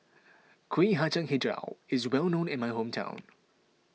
Kuih Kacang HiJau is well known in my hometown